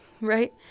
Right